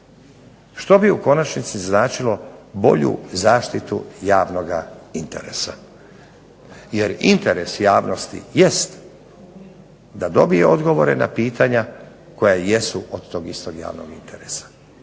što bi u konačnici značilo bolju zaštitu javnog interesa. Jer interes javnosti jest da dobije odgovor na pitanja koja jesu od tog istog javnog interesa.